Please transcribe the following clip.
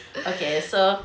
okay so